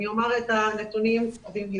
אני אומר את הנתונים במהירות.